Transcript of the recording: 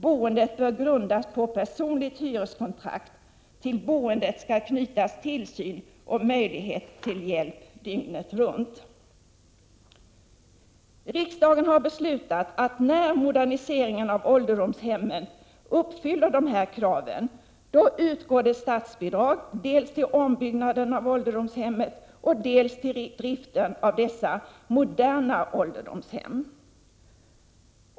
Boendet bör grundas på personligt hyreskontrakt. Till boendet skall knytas tillsyn och möjlighet till hjälp dygnet runt.” Riksdagen har beslutat att när moderniseringen av ålderdomshemmen uppfyller dessa krav, utgår statsbidrag dels till ombyggnaden av åldersdomshemmen, dels till driften av dessa moderna ålderdomshem.